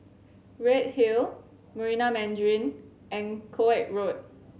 Redhill Marina Mandarin and Koek Road